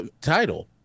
title